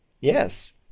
Yes